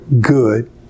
good